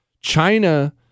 China